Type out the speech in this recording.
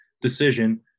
decision